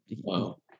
wow